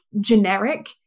generic